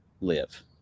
live